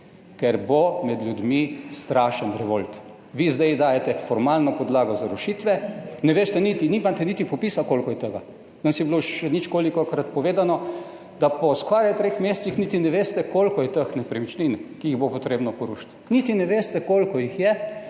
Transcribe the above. ker bo med ljudmi strašen revolt. Vi zdaj dajete formalno podlago za rušitve, ne veste niti, nimate niti popisa koliko je tega. Danes je bilo še ničkolikokrat povedano, da po skoraj treh mesecih niti ne veste koliko je teh nepremičnin, ki jih bo potrebno porušiti, niti ne veste koliko jih je